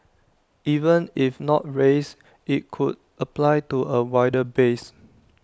even if not raised IT could apply to A wider base